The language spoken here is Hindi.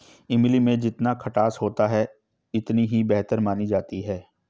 इमली में जितना खटास होता है इतनी ही बेहतर मानी जाती है